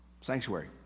sanctuary